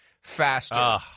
faster